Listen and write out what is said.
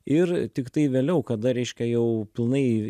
ir tiktai vėliau kada reiškia jau pilnai